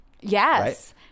Yes